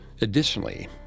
Additionally